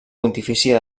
pontifícia